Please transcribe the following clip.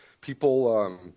People